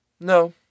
No